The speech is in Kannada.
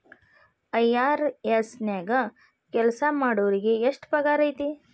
ಐ.ಆರ್.ಎಸ್ ನ್ಯಾಗ್ ಕೆಲ್ಸಾಮಾಡೊರಿಗೆ ಎಷ್ಟ್ ಪಗಾರ್ ಐತಿ?